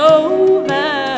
over